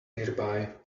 nearby